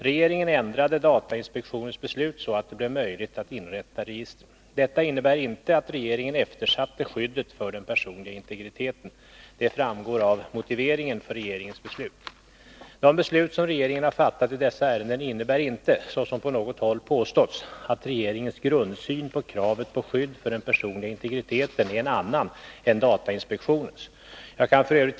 Regeringen ändrade datainspektionens beslut så att det blev möjligt att inrätta registren. Detta innebar inte att regeringen eftersatte skyddet för den personliga integriteten. Det framgår av motiveringen för regeringens beslut. De beslut som regeringen har fattat i dessa ärenden innebär inte — såsom på något håll påståtts — att regeringens grundsyn på kravet på skydd för den personliga integriteten är en annan än datainspektionens. Jag kan f.ö.